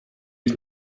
his